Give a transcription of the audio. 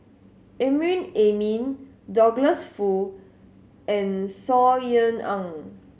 Amrin Amin Douglas Foo and Saw Ean Ang